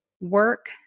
work